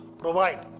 provide